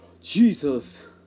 Jesus